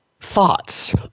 thoughts